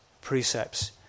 precepts